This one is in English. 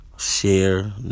Share